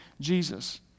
Jesus